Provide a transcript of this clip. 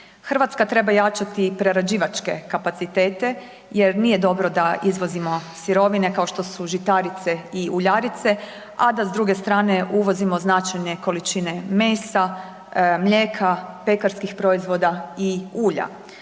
Hrvatska treba jačati prerađivačke kapacitete jer nije dobro da izvozimo sirovine kao što su žitarice i uljarice a da s druge strane uvozimo značajne količine mesa, mlijeka, pekarskih proizvoda i ulja.